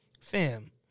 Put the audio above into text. Fam